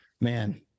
man